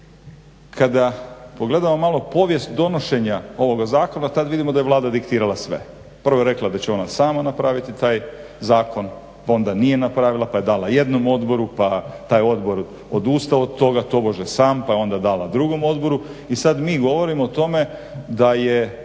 kada pogledamo malo povijest donošenja ovoga zakona tad vidimo da je Vlada diktirala sve. Prvo je rekla da će ona sama napraviti taj zakon pa onda nije napravila, pa je dala jednom odboru, pa je taj odbor odustao od toga tobože sam, pa je onda dala drugom odboru i sad mi govorimo o tome da je